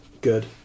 good